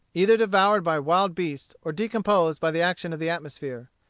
either devoured by wild beasts or decomposed by the action of the atmosphere.